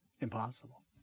Impossible